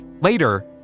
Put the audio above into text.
Later